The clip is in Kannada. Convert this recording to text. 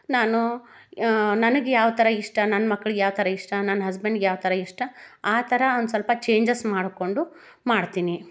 ನಾನು ನನಗೆ ಯಾವ ಥರ ಇಷ್ಟ ನನ್ನ ಮಕ್ಳಿಗೆ ಯಾವ ಥರ ಇಷ್ಟ ನನ್ನ ಹಸ್ಬೆಂಡ್ಗೆ ಯಾವ ಥರ ಇಷ್ಟ ಆ ಥರ ಒಂದು ಸ್ವಲ್ಪ ಚೇಂಜಸ್ ಮಾಡಿಕೊಂಡು ಮಾಡ್ತೀನಿ